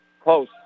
close